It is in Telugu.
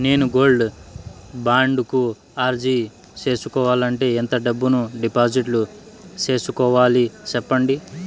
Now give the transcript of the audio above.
నేను గోల్డ్ బాండు కు అర్జీ సేసుకోవాలంటే ఎంత డబ్బును డిపాజిట్లు సేసుకోవాలి సెప్పండి